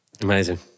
Amazing